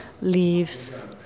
leaves